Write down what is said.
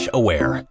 aware